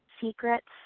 secrets